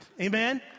Amen